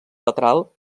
lateral